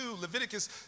Leviticus